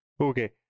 Okay